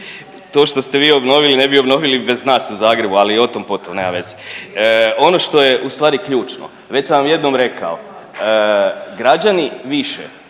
To što ste vi obnovili, ne bi obnovili bez nas u Zagrebu, ali o tom potom, nema veze. Ono što je ustvari ključno, već sam vam jednom rekao, građani više